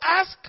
ask